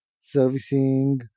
servicing